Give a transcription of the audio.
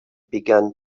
began